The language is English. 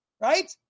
Right